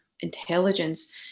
intelligence